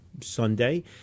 Sunday